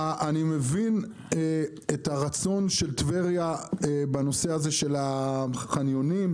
אני מבין את הרצון של טבריה בנושא הזה של החניונים,